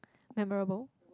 memorable